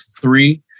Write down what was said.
three